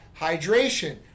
Hydration